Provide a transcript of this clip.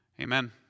Amen